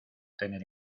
tener